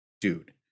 dude